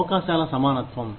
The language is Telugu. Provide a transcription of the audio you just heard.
అవకాశాల సమానత్వం